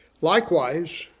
Likewise